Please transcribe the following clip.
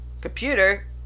computer